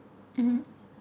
mmhmm